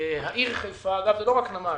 העיר חיפה היא לא רק נמל.